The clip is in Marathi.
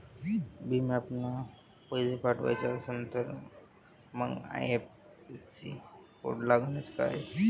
भीम ॲपनं पैसे पाठवायचा असन तर मंग आय.एफ.एस.सी कोड लागनच काय?